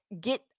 get